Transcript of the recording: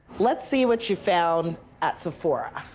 let's see what you found at sephora.